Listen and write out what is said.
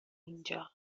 اینجا